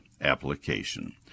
application